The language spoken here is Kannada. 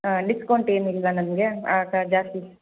ಡಿಸ್ಕೌಂಟ್ ಏನು ಇಲ್ಲವಾ ನಮಗೆ ಆ ಥರ ಜಾಸ್ತಿ